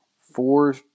four